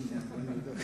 שאלה טובה, בוא נבדוק.